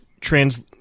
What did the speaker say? trans